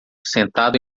sentado